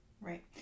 right